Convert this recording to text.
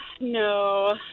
no